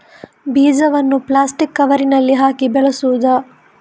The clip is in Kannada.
ಬೀಜವನ್ನು ಪ್ಲಾಸ್ಟಿಕ್ ಕವರಿನಲ್ಲಿ ಹಾಕಿ ಬೆಳೆಸುವುದಾ?